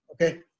Okay